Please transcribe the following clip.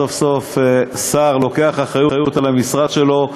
סוף-סוף שר לוקח אחריות למשרד שלו,